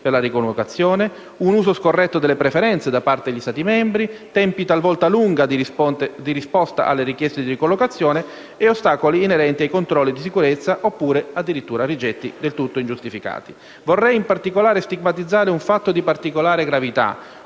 posti di ricollocazione), un uso scorretto delle preferenze da parte degli Stati membri, tempi talvolta lunghi di risposta alle richieste di ricollocazione e ostacoli inerenti ai controlli di sicurezza o, addirittura, rigetti del tutto ingiustificati. Vorrei in particolare stigmatizzare un fatto di particolare gravità,